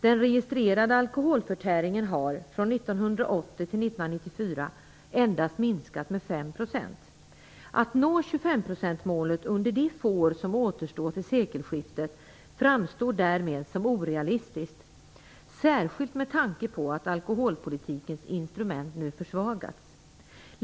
Den registrerade alkoholförtäringen har från 1980 till 1994 endast minskat med 5 %. Att nå 25-procentsmålet under de få år som återstår till sekelskiftet framstår därmed som orealistiskt, särskilt med tanke på att alkoholpolitikens instrument nu försvagats.